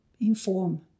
inform